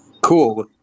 Cool